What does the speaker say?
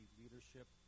leadership